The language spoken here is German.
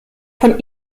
von